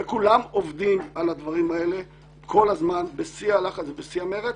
וכולם עובדים על הדברים האלה כל הזמן בשיא הלחץ ובשיא המרץ,